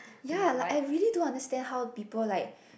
ya like I really don't understand how people like